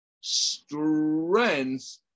strength